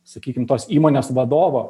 sakykim tos įmonės vadovo